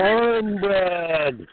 Cornbread